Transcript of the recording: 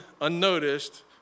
unnoticed